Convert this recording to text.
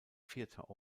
vierter